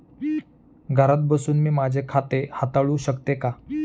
घरात बसून मी माझे खाते हाताळू शकते का?